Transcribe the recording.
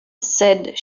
said